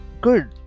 good